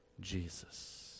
Jesus